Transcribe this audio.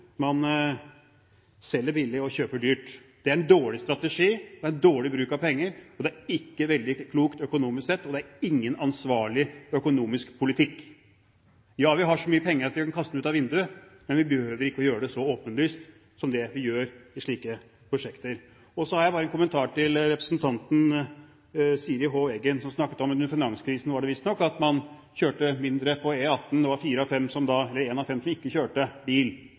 Man selger billig og kjøper dyrt. Det er en dårlig strategi, dårlig bruk av penger, det er ikke veldig klokt økonomisk sett, og det er ingen ansvarlig økonomisk politikk. Ja, vi har så mye penger at vi kan kaste dem ut av vinduet, men vi behøver ikke å gjøre det så åpenlyst som det vi gjør i slike prosjekter. Så har jeg bare en kommentar til representanten Siri Hov Eggen, som snakket om at man under finanskrisen visstnok kjørte mindre på E18. Da var det én av fem som ikke kjørte bil, og dermed bekreftet man det som de rød-grønne mener, at mange kjører bil unødvendig. Ja, hva skal folk når de kjører bil,